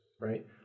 right